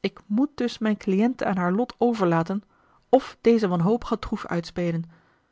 ik moet dus mijn cliënte aan haar lot overlaten of deze wanhopige troef uitspelen